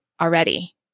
already